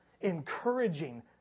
encouraging